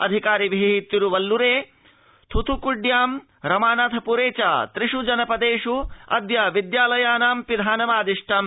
अधिकारिभि तिरूवल्लुरे थ्रथुकुड्यां रमानाथपुरे चेति त्रिष्ट जनपदेष्ट अद्य विद्यालयानां पिधानमादिष्कम्